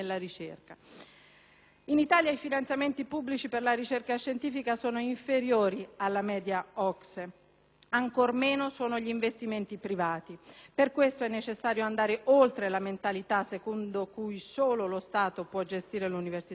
In Italia i finanziamenti pubblici per la ricerca scientifica sono inferiori alla media OCSE, ancor meno sono gli investimenti privati; per questo è necessario andare oltre la mentalità secondo cui solo lo Stato può gestire l'università e la ricerca.